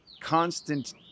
constant